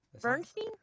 bernstein